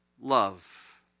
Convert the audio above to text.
love